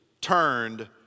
turned